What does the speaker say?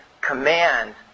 command